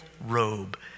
robe